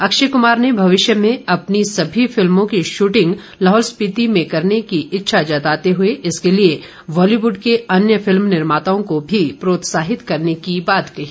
अक्षय कुमार ने भविष्य में अपनी सभी फिल्मों की शूटिंग लाहौल स्पिति में करने की इच्छा जताते हुए इसके लिए बालीवुड के अन्य फिल्म निर्माताओं को भी प्रोत्साहित करने की बात कही